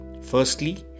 Firstly